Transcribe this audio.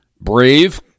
brave